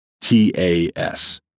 T-A-S